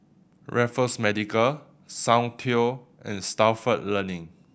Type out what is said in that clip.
Raffles Medical Soundteoh and Stalford Learning